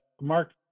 mark